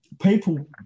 people